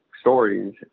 stories